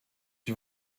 die